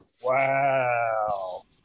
wow